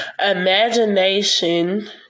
Imagination